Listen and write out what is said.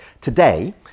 today